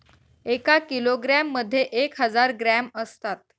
एका किलोग्रॅम मध्ये एक हजार ग्रॅम असतात